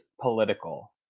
political